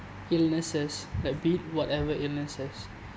illnesses like be it whatever illnesses